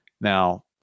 Now